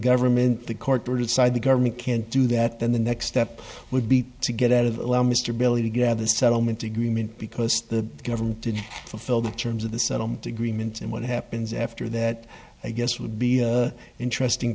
government the court to decide the government can't do that then the next step would be to get out of allow mr billy to gather the settlement agreement because the government did fulfill the terms of the settlement agreement and what happens after that i guess would be an interesting